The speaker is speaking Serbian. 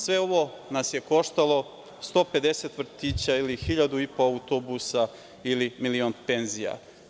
Sve ovo nas je koštalo 150 vrtića ili 1500 autobusa ili milion penzija.